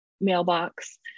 mailbox